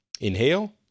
inhale